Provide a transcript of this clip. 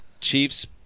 Chiefs